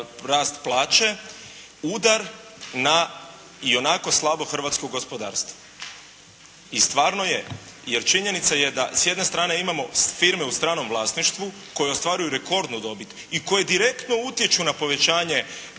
rast plaće udar na ionako slabo hrvatsko gospodarstvo. I stvarno je. Jer činjenica je da s jedne strane imamo firme u stranom vlasništvu koje ostvaruju rekordnu dobit i koje direktno utječu na povećanje